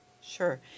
Sure